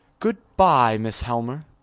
goodbye, mrs. helmer.